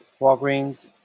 Walgreens